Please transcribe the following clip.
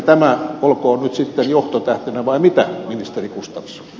tämä olkoon nyt sitten johtotähtenä vai mitä ministeri gustafsson